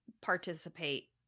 participate